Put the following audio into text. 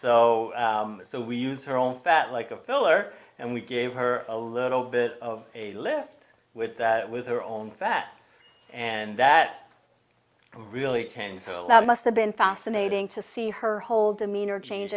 idea so we use her own fat like a filler and we gave her a little bit of a lift with that with her own fat and that really cain that must have been fascinating to see her whole demeanor change